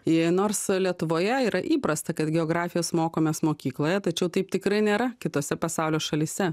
i nors lietuvoje yra įprasta kad geografijos mokomės mokykloje tačiau taip tikrai nėra kitose pasaulio šalyse